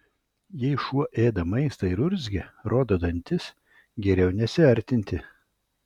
jei šuo ėda maistą ir urzgia rodo dantis geriau nesiartinti